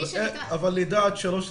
אבל לידה עד שלוש,